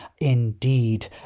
indeed